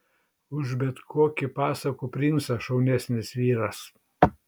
už bet kokį pasakų princą šaunesnis vyras